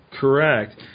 Correct